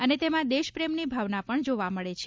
અને તેમાં દેશપ્રેમની ભાવના પણ જોવા મળે છે